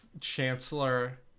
Chancellor